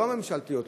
לא הממשלתיים,